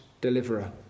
deliverer